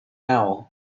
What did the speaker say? owl